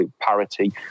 parity